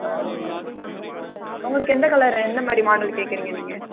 ஆ ஆமாம் உங்களுக்கு எந்த கலர் எந்த மாதிரி மாடல் கேட்குறீங்க நீங்கள்